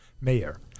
mayor